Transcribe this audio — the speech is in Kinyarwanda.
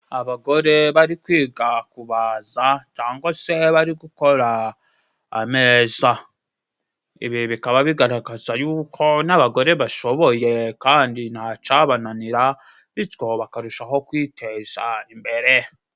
Abagore bari kwiga kubaza, cangwa se bari gukora ameza. Ibi bikaba bigaragaza yuko n'abagore bashoboye kandi nta cabananira, bicwo bakarushaho kwiteza imbere.